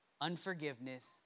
Unforgiveness